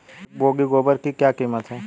एक बोगी गोबर की क्या कीमत है?